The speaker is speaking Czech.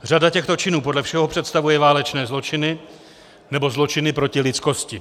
Řada těchto činů podle všeho představuje válečné zločiny nebo zločiny proti lidskosti.